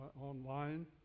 online